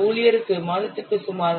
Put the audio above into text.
ஒரு ஊழியருக்கு மாதத்திற்கு சுமார்